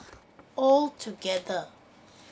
altogether